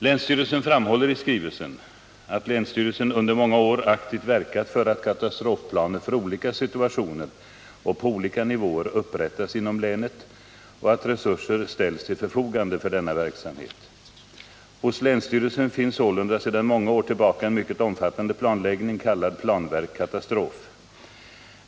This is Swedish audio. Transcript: Länsstyrelsen framhåller i skrivelsen att länsstyrelsen under många år aktivt verkat för att katastrofplaner för olika situationer och på olika nivåer upprättas inom länet och att resurser ställs till förfogande för denna verksamhet. Hos länsstyrelsen finns sålunda sedan många år tillbaka en mycket omfattande planläggning kallad ”planverk katastrof”.